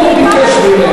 הוא ביקש ממני.